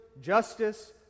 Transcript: justice